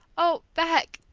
oh, beck!